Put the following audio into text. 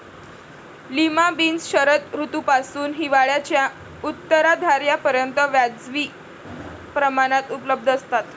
lima beans शरद ऋतूपासून हिवाळ्याच्या उत्तरार्धापर्यंत वाजवी प्रमाणात उपलब्ध असतात